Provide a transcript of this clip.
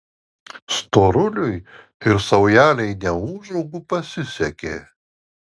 storuliui ir saujelei neūžaugų pasisekė